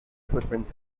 footprints